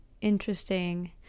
interesting